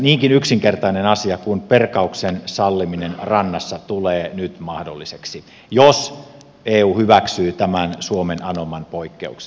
niinkin yksinkertainen asia kuin perkauksen salliminen rannassa tulee nyt mahdolliseksi jos eu hyväksyy tämän suomen anoman poikkeuksen